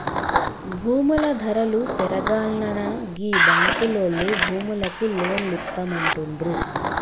భూముల ధరలు పెరుగాల్ననా గీ బాంకులోల్లు భూములకు లోన్లిత్తమంటుండ్రు